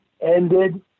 ended